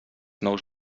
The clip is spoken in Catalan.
nous